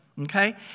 Okay